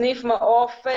סניף מעוף,